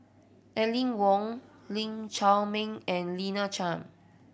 Aline Wong Lee Chiaw Meng and Lina Chiam